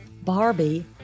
Barbie